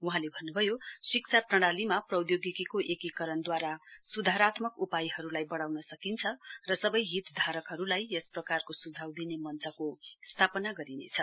वहाँले भन्नुभयो शिक्षा प्रणालीमा प्रौधोगिकीको एकीकरणद्वारा सुधारत्मक उपायहरुलाई बढाउ सकिन्छ र सबै हितधारकहरुलाई यस प्रकारको सुझाउ दिने मञ्चको स्थापना गरिनेछ